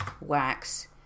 wax